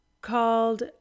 called